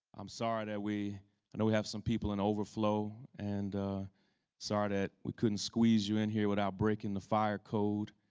i'm sorry that we and we have some people in overflow and sorry that we couldn't squeeze you in here without breaking the fire code.